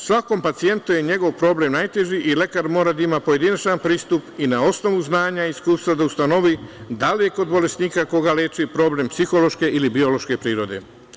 Svakom pacijentu je njegov problem najteži i lekar ima da ima pojedinačni pristup i na osnovu znanja i iskustva da ustanovi da li je kod bolesnika koga leči problem psihološke ili biološke prirode.